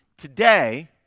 Today